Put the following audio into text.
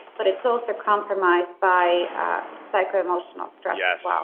but it's also compromised by psycho-emotional stress. yeah ah